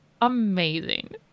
amazing